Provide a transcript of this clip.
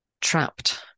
Trapped